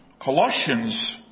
Colossians